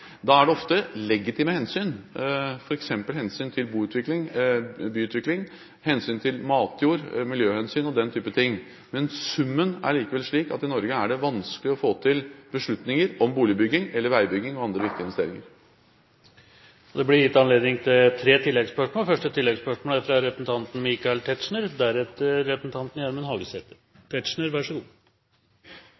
Da er det ofte legitime hensyn, f.eks. hensyn til byutvikling, matjord, miljø og den type ting. Men summen er likevel slik at i Norge er det vanskelig å få til beslutninger om boligbygging, veibygging eller andre viktige investeringer. Det blir gitt anledning til